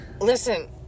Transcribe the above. listen